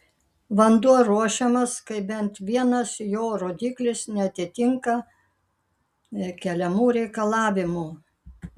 vanduo ruošiamas kai bent vienas jo rodiklis neatitinka keliamų reikalavimų